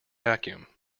vacuum